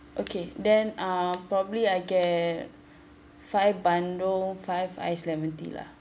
okay then uh probably I get five bandung five iced lemon tea lah